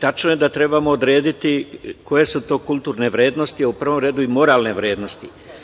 Tačno je da trebamo odrediti koje su to kulturne vrednosti, a u prvom redu i moralne vrednosti. Moram